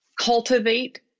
cultivate